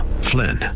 Flynn